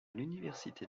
l’université